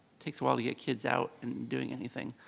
takes awhile to get kids out and doing anything.